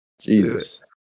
Jesus